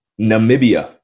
Namibia